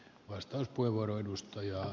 arvoisa puhemies